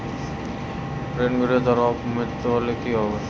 ঋণ গ্রহীতার অপ মৃত্যু হলে কি হবে?